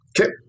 Okay